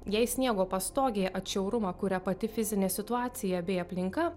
jei sniego pastogė atšiaurumą kuria pati fizinė situacija bei aplinka